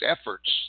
efforts